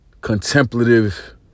contemplative